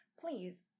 please